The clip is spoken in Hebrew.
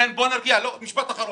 משפט אחרון: